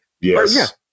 Yes